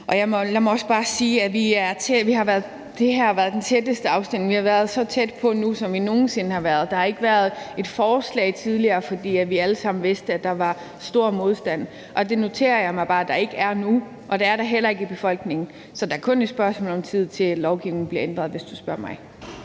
at det her har været den tætteste afstemning, og at vi nu har været så tæt på, som vi nogen sinde har været. Der har ikke været et forslag tidligere, fordi vi alle sammen vidste, at der var stor modstand, og det noterer jeg mig bare at der ikke er nu, og at der heller ikke er det i befolkningen. Så det er kun et spørgsmål om tid, før lovgivningen bliver ændret, hvis du spørger mig.